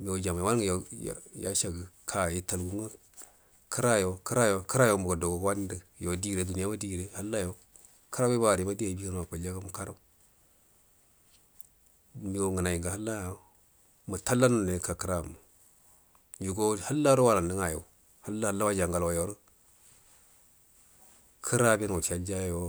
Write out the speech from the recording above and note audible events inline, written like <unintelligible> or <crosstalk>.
migau jamai wanungu yashagə ka italga nga kərayo kərayo kərayo mbaga do vanindu yo di duniyama di gəre <unintelligible> kərama walima di abi gan ma akulyaga mukanau migan nganai ngu hallayo mutal dannau du ika kəranu yugo hallado walannu nga ayau halla halla waji augalawa imar karaben wushaljayo.